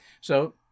So-